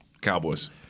Cowboys